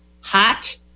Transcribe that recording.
hot